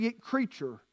creature